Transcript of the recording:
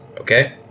okay